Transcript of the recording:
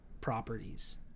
properties